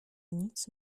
nic